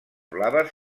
blaves